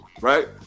Right